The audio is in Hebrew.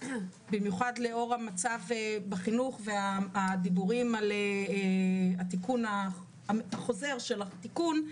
במיוחד לאור המצב בחינוך והדיבורים על החוזר של התיקון,